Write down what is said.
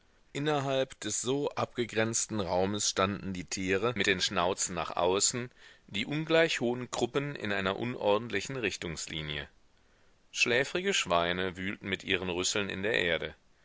innerhalb des so abgegrenzten raumes standen die tiere mit den schnauzen nach außen die ungleich hohen kruppen in einer unordentlichen richtungslinie schläfrige schweine wühlten mit ihren rüsseln in der erde